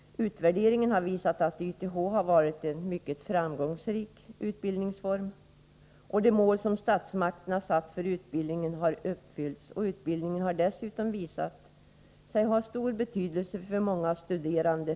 Utvärderingen har visat att YTH har varit en mycket framgångsrik utbildningsform. De mål som statsmakterna satt för utbildningen har uppfyllts. Utbildningen har dessutom visat sig ha stor personlig betydelse för många studerande.